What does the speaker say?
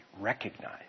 Recognize